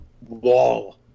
wall